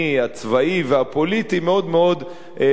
הצבאי והפוליטי מאוד מאוד היטשטשו,